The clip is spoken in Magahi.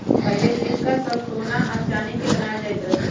पहिले सिक्का सभ सोना आऽ चानी के बनाएल जाइत रहइ